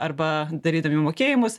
arba darydami mokėjimus